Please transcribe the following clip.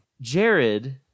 Jared